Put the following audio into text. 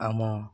ଆମ